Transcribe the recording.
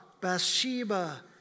Bathsheba